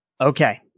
okay